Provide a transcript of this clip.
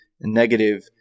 negative